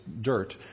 dirt